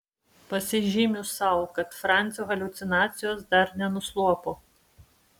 pasižymiu sau kad francio haliucinacijos dar nenuslopo